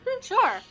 Sure